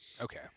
Okay